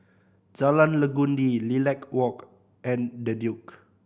Jalan Legundi Lilac Walk and The Duke